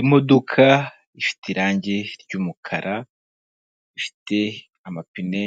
Imodoka ifite irangi ry'umukara, ifite amapine